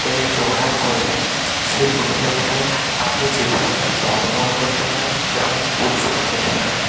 তাতে যোগদান করে সে প্রতিযোগিতায় আপনি যে কোনো একটা পদ গ্রহণ করতে পারেন এবং উৎসাহ পেতে পারেন